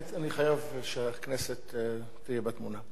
חייב שהכנסת תהיה בתמונה.